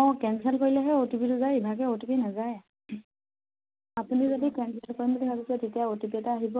অঁ কেঞ্চেল কৰিলেহে O T পিটো যায় ইভাগে অ'টিপি নাযায় আপুনি যদি কেঞ্চেল কৰিম বুলি ভাবিছে তেতিয়া অ'টিপি এটা আহিব